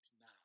now